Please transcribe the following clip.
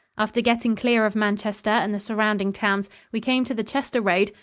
after getting clear of manchester and the surrounding towns, we came to the chester road,